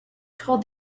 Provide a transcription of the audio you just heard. told